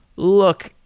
look,